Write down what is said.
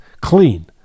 Clean